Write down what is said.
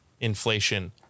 inflation